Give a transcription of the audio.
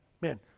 man